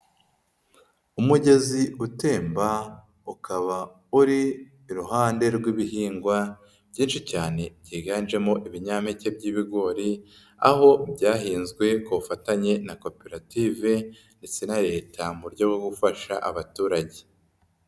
Umugezi utemba ukaba uri iruhande rw'ibihingwa byinshi cyane byiganjemo ibinyampeke by'ibigori, aho byahinzwe kufatanye na koperative ndetse na Leta mu buryo bwo gufasha abaturage.